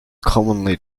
commonly